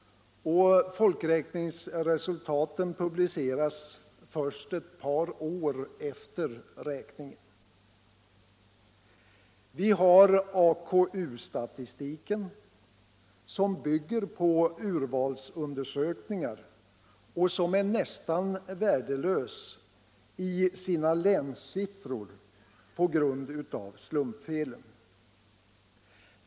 Och folkräkningsresultaten publiceras först ett par år efter räkningen. Vi har AKU-statistiken, som bygger på urvalsundersökningar och som är nästan värdelös i sina länssiffror på grund av slumpfelen.